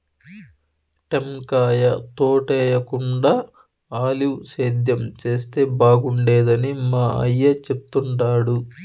టెంకాయ తోటేయేకుండా ఆలివ్ సేద్యం చేస్తే బాగుండేదని మా అయ్య చెప్తుండాడు